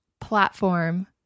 platform